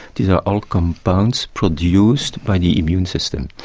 these are all compounds produced by the immune system.